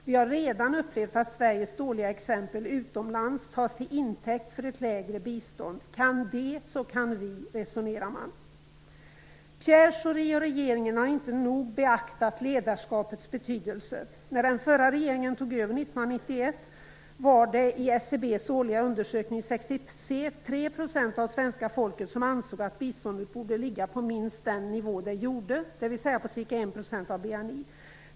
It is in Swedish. Vi har redan upplevt att Sveriges dåliga exempel utomlands tas till intäkt för ett lägre bistånd. Kan de så kan vi, resonerar man. Pierre Schori och regeringen har inte nog beaktat ledarskapets betydelse. När den förra regeringen tog över 1991, var det i SCB:s årliga undersökning 63 % av det svenska folket som ansåg att biståndet borde ligga på minst den nivå det gjorde, dvs på ca 1 % av BNI.